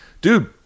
dude